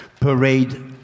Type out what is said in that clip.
parade